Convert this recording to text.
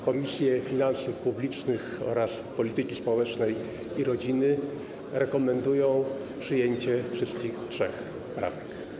Komisje Finansów Publicznych oraz Polityki Społecznej i Rodziny rekomendują przyjęcie wszystkich trzech poprawek.